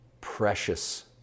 precious